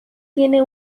tiene